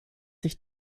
sich